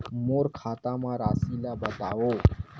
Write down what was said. मोर खाता म राशि ल बताओ?